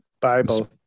Bible